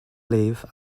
leave